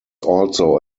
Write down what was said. also